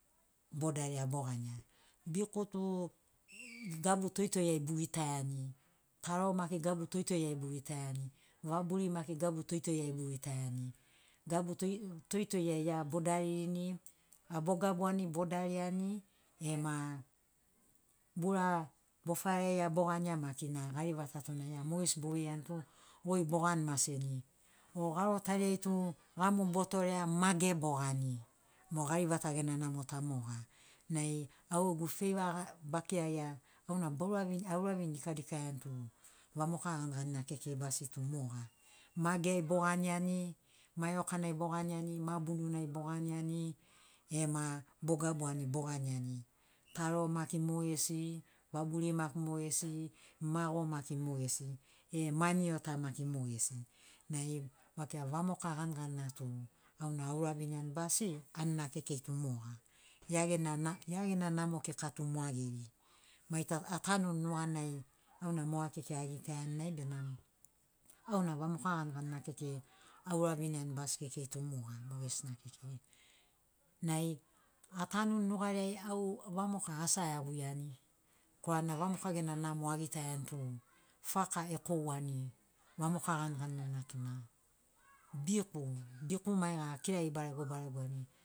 Bodaria bogania biku tu gabu toitoi ai bogitaiani taro maki gabu toitoi ai bogitaiani vaburi maki gabu toitoi ai bogitaiani gabu toitoi ai ia bodaririni a bogabuani bodariani ema boura bofaraia bogania maki na garivata tuna ia mogesina boveiani tu goi bogani maseni o garotariai tu gamu botorea mage. bogani mo garivata gena namo ta moga nai au gegu feiva bakiraia auna baura auravini dikadikaia tu vamoka ganiganina kekei basi tu moga mage boganiani maeokanai boganiani ma bununai boganiani ema bogabuani boganiani taro maki mogesi vaburi maki mogesi mago maki mogesi e maniota maki mogesi nai bakira vamoka ganiganina tu auna auraviniani basi anina kekei tu moga ia gena namo kika tu moageri mai atanuni nuganai auna moga kekei agitaiani nai benamo auna vamoka ganiganina kekei auraviniani basi kekei tu moga mogesina kekei nai atanuni nugariai au vamoka asi aeaguiani korana vamoka gena namo agitaiani tu faka ekouani vamoka ganiganina tuna biku biku maiga akirari baregobaregoani